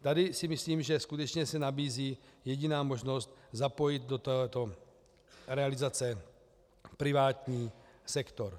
Tady si myslím, že skutečně se nabízí jediná možnost zapojit do této realizace privátní sektor.